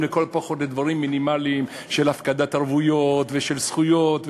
לפחות לדברים מינימליים של הפקדת ערבויות ושל זכויות,